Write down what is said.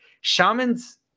shamans